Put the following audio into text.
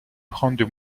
prendre